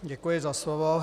Děkuji za slovo.